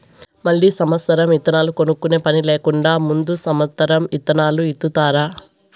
మళ్ళీ సమత్సరం ఇత్తనాలు కొనుక్కునే పని లేకుండా ముందు సమత్సరం ఇత్తనాలు ఇత్తుతారు